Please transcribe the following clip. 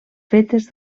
fetes